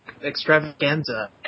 extravaganza